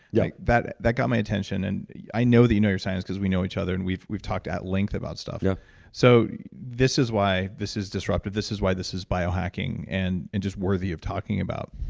yeah that that got my attention. and i know that you know your science cause we know each other and we've we've talked at length about stuff. yeah so this is why this is disruptive. this is why this is bio-hacking and and just worthy of talking about.